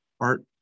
art